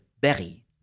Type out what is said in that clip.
Berry